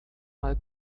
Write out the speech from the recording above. mal